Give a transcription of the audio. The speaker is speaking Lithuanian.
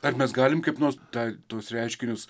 ar mes galim kaip nors tą tuos reiškinius